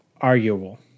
arguable